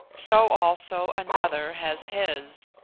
so also another has his.